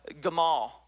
Gamal